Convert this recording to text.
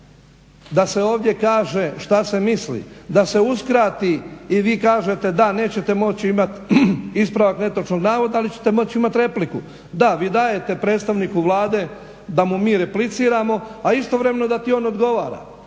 da se ovdje kaže šta se misli, da se uskrati i vi kažete da vi nećete moći imati ispravak netočnog navoda ali ćete moći imati repliku, da, vi dajete predstavniku Vlade da mu mi repliciramo a istovremeno da ti on odgovara